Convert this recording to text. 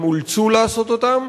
הם אולצו לעשות אותם,